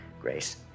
Grace